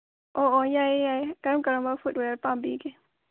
ꯑꯣ ꯑꯣ ꯌꯥꯏꯌꯦ ꯌꯥꯏꯌꯦ ꯀꯔꯝ ꯀꯔꯝꯕ ꯋꯦꯌꯥꯔ ꯄꯥꯝꯕꯤꯒꯦ